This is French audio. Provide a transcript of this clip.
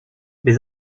les